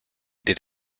did